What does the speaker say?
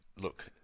Look